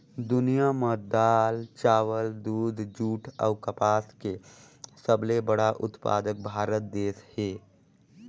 दुनिया में दाल, चावल, दूध, जूट अऊ कपास के सबले बड़ा उत्पादक भारत देश हे